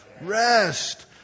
Rest